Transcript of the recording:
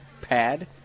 pad